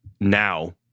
now